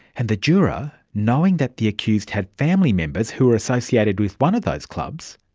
and the juror, knowing that the accused had family members who were associated with one of those clubs,